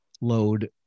load